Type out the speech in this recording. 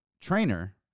trainer